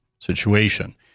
situation